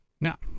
Now